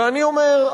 ואני אומר,